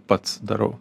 pats darau